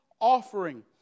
offering